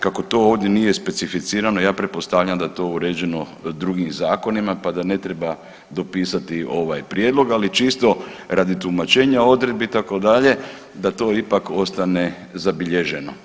Kako to ovdje nije specificirano, ja pretpostavljam da je to uređeno drugim zakonima pa da ne treba dopisati ovaj prijedlog, ali čisto radi tumačenja odredbi, itd., da to ipak ostane zabilježeno.